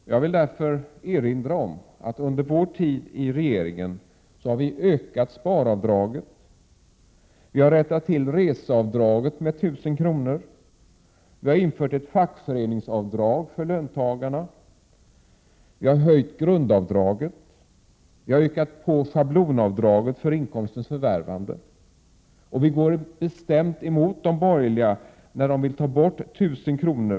Jag vill därför erinra om att under vår tid i regeringsställning har vi ökat sparavdraget, vi har rättat till reseavdraget med 1000 kr., vi har infört ett fackföreningsavdrag för löntagare, vi har höjt grundavdraget och vi har ökat schablonavdraget för inkomstens förvärvande. Vi går bestämt emot de borgerliga partierna, när de vill ta bort 1 000 kr.